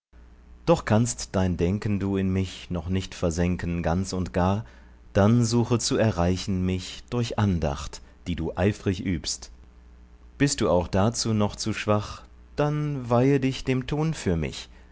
doch kannst dein denken du in mich noch nicht versenken ganz und gar dann suche zu erreichen mich durch andacht die du eifrig übst bist du auch dazu noch zu schwach dann weihe dich dem tun für mich